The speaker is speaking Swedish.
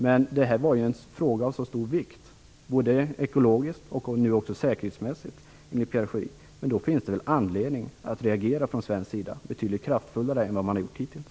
Men detta var ju en fråga av så stor vikt, både ekologiskt och nu även säkerhetsmässigt. Då finns det väl anledning att från svensk sida reagera betydligt kraftfullare än man har gjort hittills.